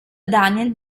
daniel